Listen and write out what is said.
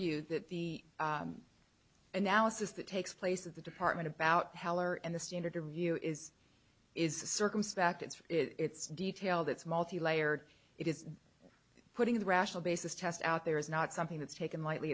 you that the analysis that takes place of the department about heller and the standard to review is is circumspect it's it's detail that's multilayered it is putting the rational basis test out there is not something that's taken lightly